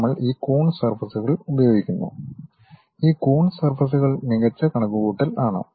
നമ്മൾ ഈ കൂൺസ് സർഫസ്കൾ ഉപയോഗിക്കുന്നു ഈ കൂൺസ് സർഫസ്കൾ മികച്ച കണക്കുകൂട്ടൽ ആണ്